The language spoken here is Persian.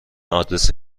آدرس